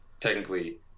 technically